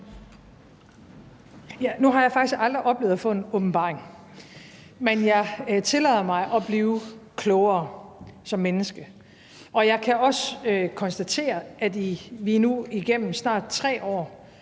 Nu har jeg faktisk aldrig oplevet at få en åbenbaring, men jeg tillader mig at blive klogere som menneske, og jeg kan også konstatere, at vi igennem nu snart 3 år